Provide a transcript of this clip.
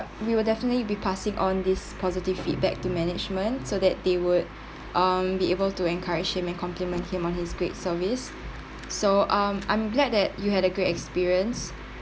we will definitely be passing on this positive feedback to management so that they would um be able to encourage him and compliment him on his great service so um I'm glad that you had a great experience